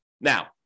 Now